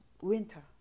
winter